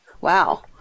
Wow